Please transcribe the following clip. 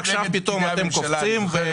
ועכשיו פתאום אתם קופצים,